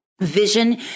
vision